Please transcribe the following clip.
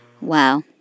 Wow